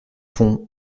fond